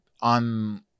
on